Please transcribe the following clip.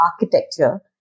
architecture